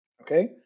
okay